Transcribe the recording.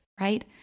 right